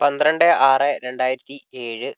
പന്ത്രണ്ട് ആറ് രണ്ടായിരത്തി ഏഴ്